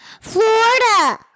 Florida